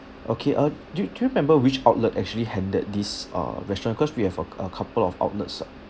okay uh do you do you remember which outlet actually handled this uh restaurant because we have a c~ a couple of outlets lah